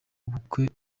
ubukwe